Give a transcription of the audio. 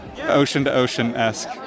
ocean-to-ocean-esque